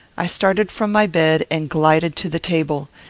i started from my bed and glided to the table.